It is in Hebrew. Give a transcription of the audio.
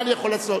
מה אני יכול לעשות?